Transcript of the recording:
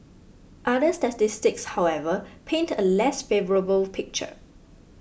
other statistics however paint a less favourable picture